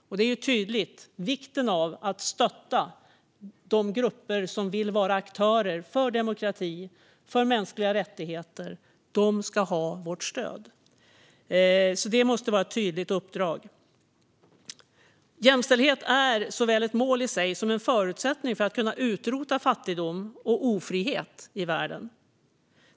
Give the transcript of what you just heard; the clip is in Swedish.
Dessa kontakter tydliggör vikten av att stötta de grupper som vill vara aktörer för demokrati och för mänskliga rättigheter. De ska ha vårt stöd; det måste vara ett tydligt uppdrag. Jämställdhet är såväl ett mål i sig som en förutsättning för att kunna utrota fattigdom och ofrihet i världen.